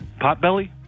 Potbelly